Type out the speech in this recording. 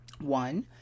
one